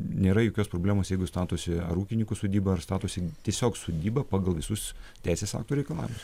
nėra jokios problemos jeigu statosi ar ūkininkų sodybą ar statosi tiesiog sodybą pagal visus teisės aktų reikalavimus